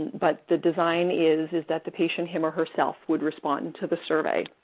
but the design is is that the patient him or herself would respond to the survey.